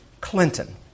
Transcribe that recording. Clinton